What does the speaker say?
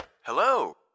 Hello